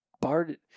barred